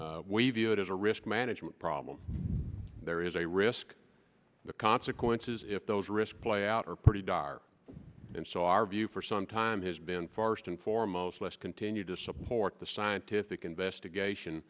it as a risk management problem there is a risk the consequences if those risks play out are pretty dire and so our view for some time has been forced and for most let's continue to support the scientific investigation